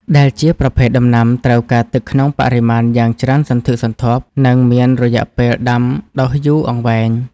ដែលជាប្រភេទដំណាំត្រូវការទឹកក្នុងបរិមាណយ៉ាងច្រើនសន្ធឹកសន្ធាប់ និងមានរយៈពេលដាំដុះយូរអង្វែង។